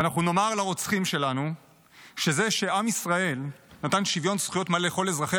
ואנחנו נאמר לרוצחים שלנו שזה שעם ישראל נתן שוויון זכויות מלא לכל אזרחי